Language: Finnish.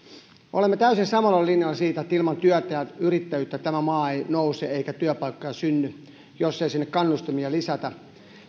olemme täysin samoilla linjoilla siitä että ilman työtä ja yrittäjyyttä tämä maa ei nouse eikä työpaikkoja synny jos ei sinne kannustimia lisätä